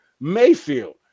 Mayfield